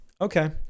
Okay